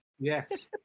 Yes